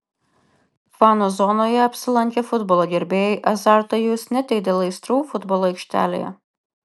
fanų zonoje apsilankę futbolo gerbėjai azartą jus ne tik dėl aistrų futbolo aikštėje